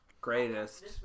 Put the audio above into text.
greatest